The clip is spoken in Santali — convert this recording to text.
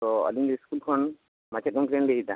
ᱚ ᱟᱹᱞᱤᱧ ᱤᱥᱠᱩᱞ ᱠᱷᱚᱱ ᱢᱟᱪᱮᱫ ᱜᱚᱝᱠᱮ ᱞᱤᱧ ᱞᱟᱹᱭᱮᱫᱟ